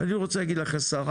ואני רוצה להגיד לך השרה,